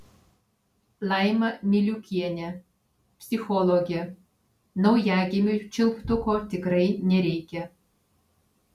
laima miliukienė psichologė naujagimiui čiulptuko tikrai nereikia